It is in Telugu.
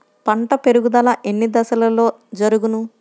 పంట పెరుగుదల ఎన్ని దశలలో జరుగును?